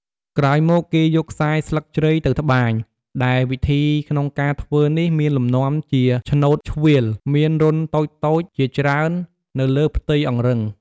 ក្រោយមកគេយកខ្សែស្លឹកជ្រៃទៅត្បាញ ដែលវិធីក្នុងការធ្វើនេះមានលំនាំជា ឆ្នូតឆ្វៀល មានរន្ធតូចៗជាច្រើននៅលើផ្ទៃអង្រឹង។